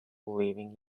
living